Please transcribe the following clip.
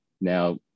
now